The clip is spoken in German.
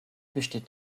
besteht